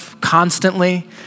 constantly